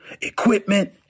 equipment